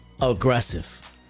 aggressive